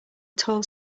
tall